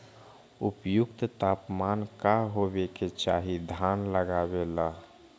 उपयुक्त तापमान का होबे के चाही धान लगावे ला?